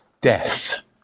Death